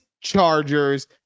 chargers